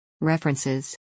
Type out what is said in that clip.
References